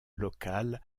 locale